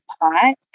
pot